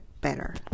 better